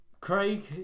craig